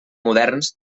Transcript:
moderns